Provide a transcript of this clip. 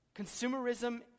Consumerism